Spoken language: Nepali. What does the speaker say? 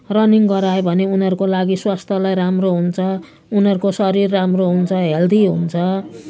रनिङ गरायो भने उनीहरूको लागि स्वास्थ्यलाई राम्रो हुन्छ उनीहरूको शरीर राम्रो हुन्छ हेल्दी हुन्छ